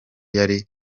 yari